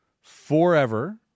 forever